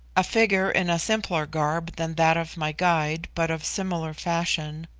a figure in a simpler garb than that of my guide, but of similar fashion,